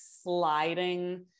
sliding